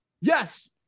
Yes